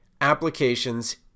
applications